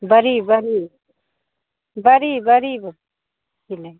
बड़ी बड़ी बड़ी बड़ी की नहीं